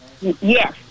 Yes